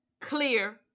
clear